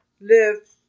live